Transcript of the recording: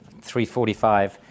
345